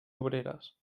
obreres